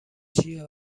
چیه